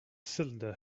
cylinder